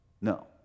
No